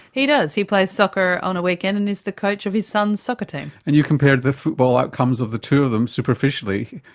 he does. he plays soccer on a weekend and he's the coach of his son's soccer team. and you compared the football outcomes of the two of them, superficially,